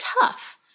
tough